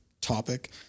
topic